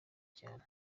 cyane